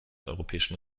europäischen